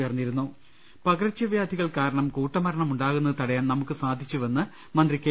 ലലലലലലലലലലലലല പ്പകർച്ച വ്യാധികൾ കാരണം കൂട്ടമരണം ഉണ്ടാകുന്നത് തടയാൻ നമുക്ക് സാധിച്ചുവെന്ന് മന്ത്രി കെ